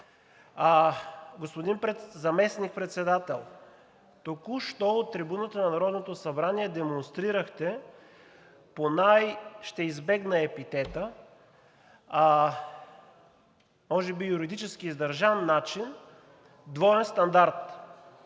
Господин Заместник-председател, току-що от трибуната на Народното събрание демонстрирахте по най... ще избегна епитета, може би юридически издържан начин двоен стандарт.